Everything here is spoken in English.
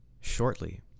shortly